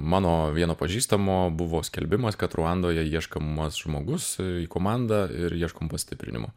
mano vieno pažįstamo buvo skelbimas kad ruandoje ieškomas žmogus į komandą ir ieškom pastiprinimo